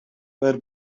were